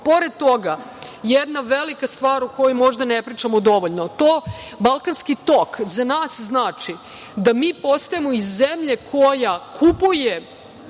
tok“.Pored toga, jedna velika stvar o kojoj možda ne pričamo dovoljno, „Balkanski tok“ za nas znači da mi postajemo iz zemlje koja kupuje